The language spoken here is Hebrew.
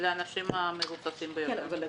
לאנשים המבוססים ביותר.